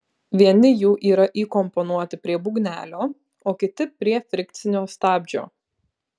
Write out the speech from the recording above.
vieni jų yra įkomponuoti prie būgnelio o kiti prie frikcinio stabdžio